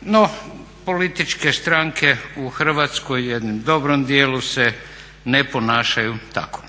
No, političke stranke u Hrvatskoj jednim dobrim dijelom se ne ponašaju tako.